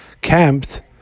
camped